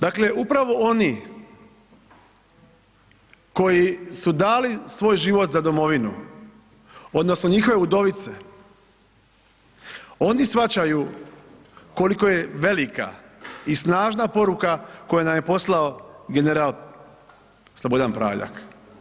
Dakle, upravo oni koji su dali svoj život za domovinu, odnosno njihove udovice, oni shvaćaju koliko je velika i snažna poruka koju nam je poslao general Slobodan Praljak.